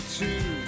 two